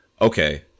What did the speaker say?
Okay